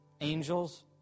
angels